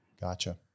Gotcha